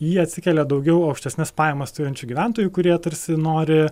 į jį atsikelia daugiau aukštesnes pajamas turinčių gyventojų kurie tarsi nori